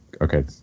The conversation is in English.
okay